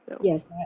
yes